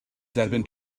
derbyn